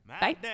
Bye